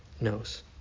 knows